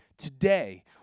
Today